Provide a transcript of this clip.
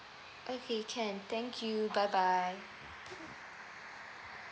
okay can thank you bye bye